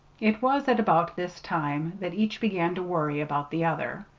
it was at about this time that each began to worry about the other.